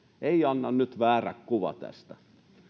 ei anneta nyt väärää kuvaa tästä